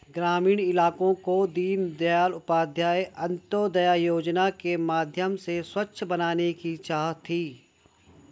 ग्रामीण इलाकों को दीनदयाल उपाध्याय अंत्योदय योजना के माध्यम से स्वच्छ बनाने की चाह थी